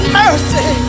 mercy